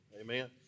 Amen